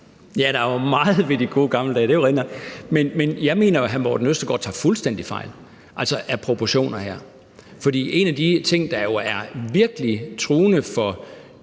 Ja, der var meget godt ved de gode gamle dage. Det er jo rigtigt nok. Men jeg mener, at hr. Morten Østergaard tager fuldstændig fejl af proportionerne her. For en af de ting, der jo virkelig er truende for,